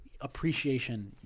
appreciation